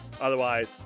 Otherwise